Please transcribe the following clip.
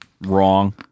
Wrong